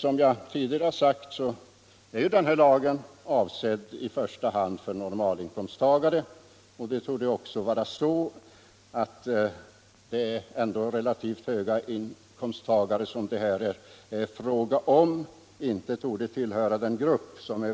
Som jag tidigare sagt är emellertid lagen i första hand avsedd för normalinkomsttagare, och personer med relativt höga inkomster torde ändå inte tillhöra den grupp som